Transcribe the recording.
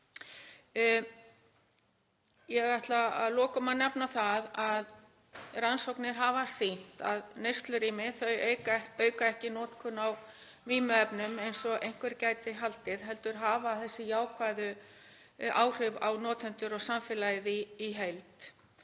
Ég ætla að lokum að nefna það að rannsóknir hafa sýnt að neyslurými auka ekki notkun á vímuefnum, eins og einhver gæti haldið, heldur hafa þessi jákvæðu áhrif á notendur og samfélagið í heild.